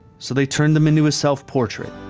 so they turned them into a self-portrait.